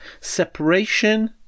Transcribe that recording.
Separation